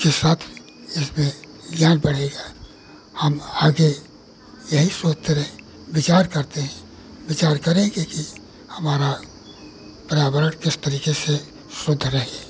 के साथ इस पर ज्ञान बढ़ेगा हम आगे यही सोचते रहें विचार करते हैं विचार करेंगे कि हमारा प्रयावरण किस तरीक़े से शुद्ध रहे